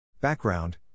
Background